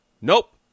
Nope